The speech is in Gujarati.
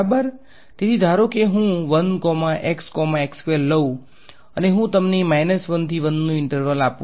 તેથી ધારો કે હું લઉં અને હું તમને 1 થી 1 નું ઈંટર્વલ આપું